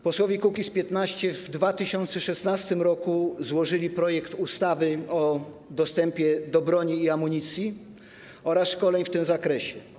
Posłowie Kukiz’15 w 2016 r. złożyli projekt ustawy o dostępie do broni i amunicji oraz szkoleń w tym zakresie.